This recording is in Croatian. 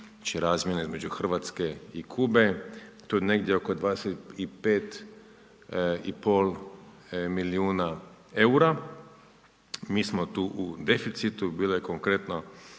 razmijene između Hrvatske i Kube, tu negdje oko 25,5 milijuna EUR-a, mi smo tu u deficitu, bilo je konkretno,